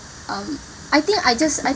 um I think I just I